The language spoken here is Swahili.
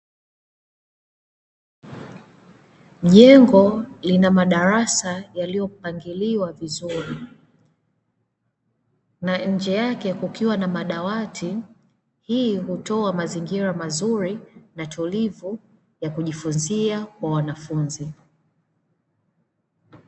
Jengo lina madarasa yaliyopangiliwa vizuri, na nje yake kukiwa na madawati, hii hutoa mazingira mazuri na tulivu, ya kujifunzia kwa wanafunzi.